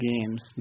games